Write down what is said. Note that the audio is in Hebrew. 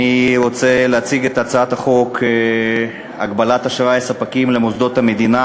אני רוצה להציג את הצעת חוק הגבלת אשראי ספקים למוסדות המדינה,